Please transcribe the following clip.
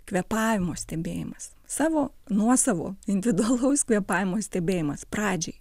kvėpavimo stebėjimas savo nuosavo individualaus kvėpavimo stebėjimas pradžiai